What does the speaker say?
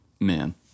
Man